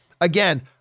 again